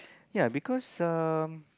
ya because um